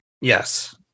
Yes